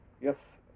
Yes